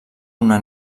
una